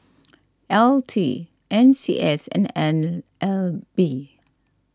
L T N C S and N L B